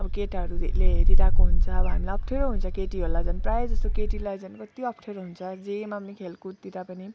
अब केटाहरूले हेरिरहेको हुन्छ अब हामीलाई अप्ठ्यारो हुन्छ केटीहरूलाई झन् प्रायः जस्तो केटीलाई झन् कति अप्ठ्यारो हुन्छ जेमा पनि खेलकुदतिर पनि